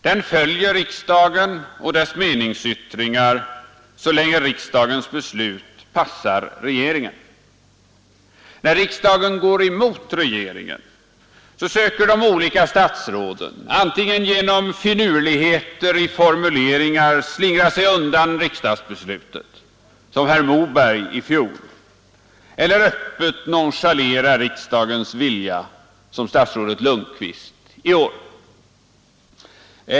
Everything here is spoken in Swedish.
Den följer riksdagen och dess meningsyttringar så länge riksdagens beslut passar regeringen. När riksdagen går emot regeringen söker de olika statsråden antingen genom finurligheter i formuleringar slingra sig undan riksdagsbesluten, som herr Moberg i fjol, eller öppet nonchalera riksdagens vilja, som statsrådet Lundkvist i år.